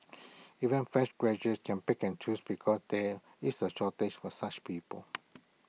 even fresh graduates can pick and choose because there is A shortage for such people